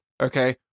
Okay